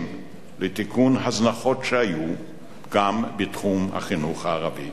לתיקון הזנחות שהיו גם בתחום החינוך הערבי.